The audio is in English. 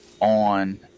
on